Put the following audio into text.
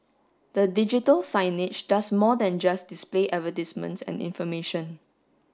the digital signage does more than just display advertisements and information